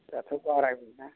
दाथ' बारायबायना